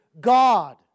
God